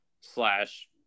slash